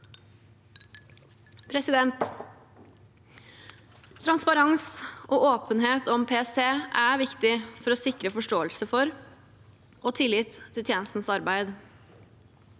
områder. Transparens og åpenhet om PST er viktig for å sikre forståelse for og tillit til tjenestens arbeid.